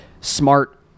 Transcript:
smart